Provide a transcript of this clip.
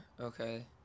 Okay